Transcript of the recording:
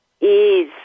ease